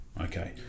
okay